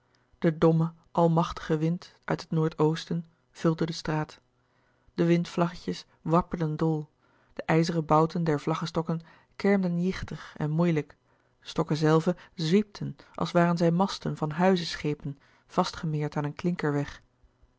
de domme almachtige wind uit het noord-oosten vulde de straat de windvlaggetjes wapperden dol de ijzeren bouten der vlaggestokken kermden jichtig en moeilijk de stokken zelve zwiepten als waren zij masten van huize schepen vastgemeerd aan een klinkerweg het